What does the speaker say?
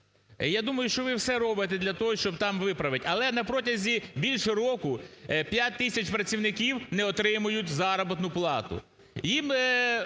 Я думаю, що ви все робите для того, щоб там виправить. Але на протязі більше року 5 тисяч працівників не отримують заробітну плату. Їм